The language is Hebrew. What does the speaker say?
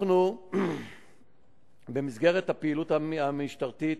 במסגרת הפעילות המשטרתית,